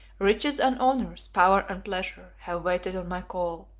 riches and honors, power and pleasure, have waited on my call,